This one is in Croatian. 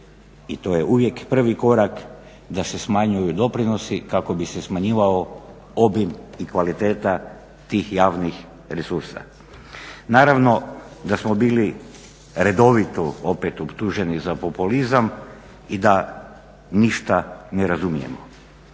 i to je uvijek prvi korak, da se smanjuju doprinosi kako bi se smanjivao obim i kvaliteta tih javnih resursa. Naravno da smo bili redovito opet optuženi za populizam i da ništa ne razumijemo.